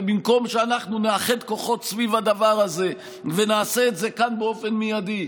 ובמקום שאנחנו נאחד כוחות סביב הדבר הזה ונעשה את זה כאן באופן מיידי,